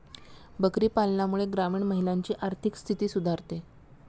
बकरी पालनामुळे ग्रामीण महिलांची आर्थिक स्थिती सुधारते